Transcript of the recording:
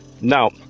now